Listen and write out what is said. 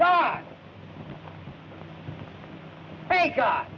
god thank god